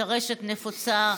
טרשת נפוצה,